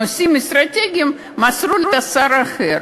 לנושאים אסטרטגיים מסרו לשר אחר.